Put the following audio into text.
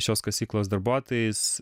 šios kasyklos darbuotojais